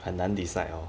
很难 decide hor